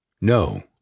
No